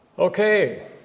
Okay